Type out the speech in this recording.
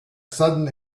sudden